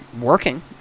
working